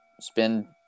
spend –